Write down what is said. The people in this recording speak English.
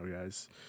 guys